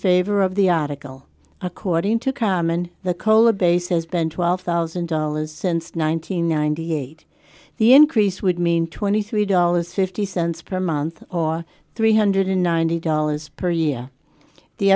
favor of the article according to common the cola base has been twelve thousand dollars since nine hundred ninety eight the increase would mean twenty three dollars fifty cents per month or three hundred ninety dollars per year the